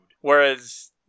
Whereas